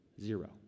zero